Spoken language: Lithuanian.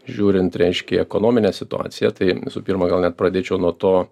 žiūrint reiškia į ekonominę situaciją tai visų pirma gal net pradėčiau nuo to